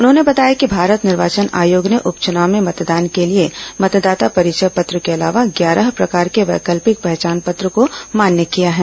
उन्होंने बताया कि भारत निर्वाचन ऑयोग ने उप चुनाव में मतदान के लिए मतदाता परिचय पत्र के अलावा ग्यारह प्रकार के वैकल्पिक पहचान पत्र को मान्य किया है